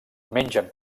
mengen